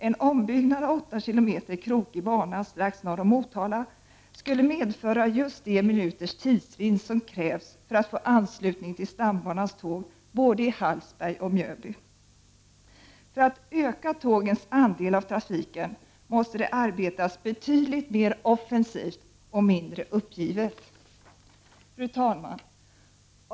En ombyggnad av 8 km krokig bana strax norr om Motala skulle medföra just de minuters tidsvinst som krävs för att få anslutning till stambanans tåg både i Hallsberg och i Mjölby. För att öka tågens andel av trafiken måste det arbetas betydligt mer offensivt och mindre uppgivet. Fru talman!